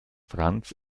franz